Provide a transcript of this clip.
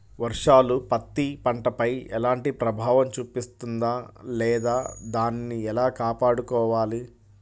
వర్షాలు పత్తి పంటపై ఎలాంటి ప్రభావం చూపిస్తుంద లేదా దానిని ఎలా కాపాడుకోవాలి?